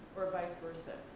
or vice versa.